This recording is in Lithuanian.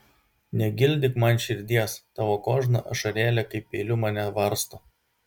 negildyk man širdies tavo kožna ašarėlė kaip peiliu mane varsto